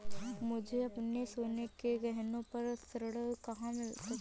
मुझे अपने सोने के गहनों पर ऋण कहाँ मिल सकता है?